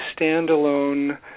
standalone